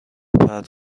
پرت